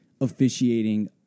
officiating